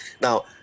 Now